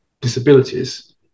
disabilities